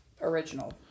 original